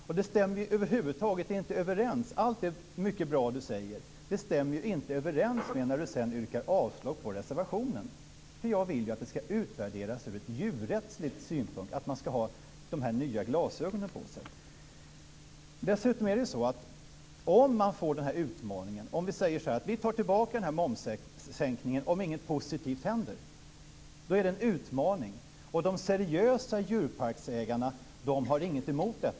Allt bra som Lena Sandlin-Hedman säger stämmer inte överens med att hon sedan yrkar avslag på reservationen. Jag vill att det ska utvärderas ur djurrättslig synpunkt - att man ska ha de nya glasögonen på sig. Om man säger att man tar tillbaka momssänkningen om inget positivt händer, är det en utmaning. De seriösa djurparksägarna har inget emot det.